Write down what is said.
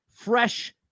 fresh